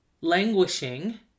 languishing